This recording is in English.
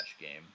game